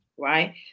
right